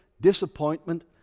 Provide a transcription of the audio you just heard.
disappointment